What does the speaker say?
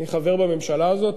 אני חבר בממשלה הזאת,